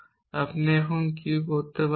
এবং আপনি এখন Q করতে পারেন